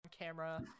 camera